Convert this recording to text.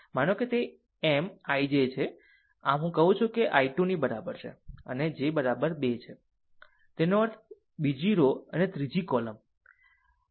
માનો કે તે M I j છે આમ હું કહું છું કે i 2 ની બરાબર છે અને j બરાબર 2 છે તેનો અર્થ બીજી રો અને ત્રીજી કોલમ